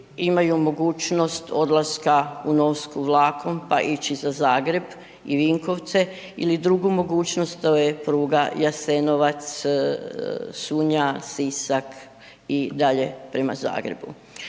imaju mogućnost odlaska u Novsku vlakom, pa ići za Zagreb i Vinkovce ili drugu mogućnost, to je pruga Jasenovac, Sunja, Sisak i dalje prema Zagrebu.